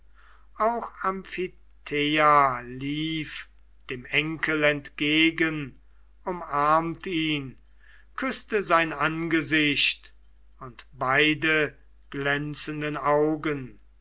auch amphithea lief dem enkel entgegen umarmt ihn küßte sein angesicht und beide glänzenden augen